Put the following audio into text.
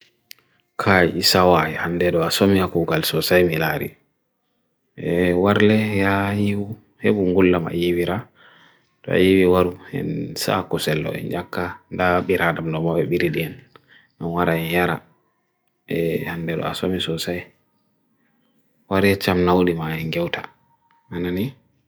kai isawai han deru aswami akukal sosai milari e warle ya iu hebungullama iiwira tra iiwiru en saakusello en yakka da piradam lomawe biridien nwara en yara han deru aswami sosai warecham naudi maen kiauta manani